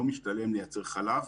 לא משתלם לייצר חלב.